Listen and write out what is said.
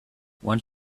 want